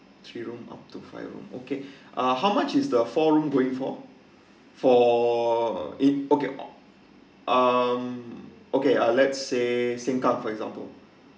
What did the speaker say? three rooms up to five room okay uh how much is the four room going for for in okay all um okay uh let's say sengkang for example